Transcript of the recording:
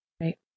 Right